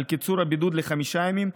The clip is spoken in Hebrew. על קיצור הבידוד לחמישה ימים,